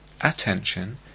attention